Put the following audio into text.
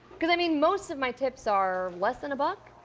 cause i mean, most of my tips are less than a buck?